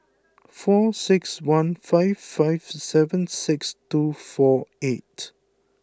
four six one five five seven six two four eight